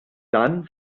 dann